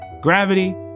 Gravity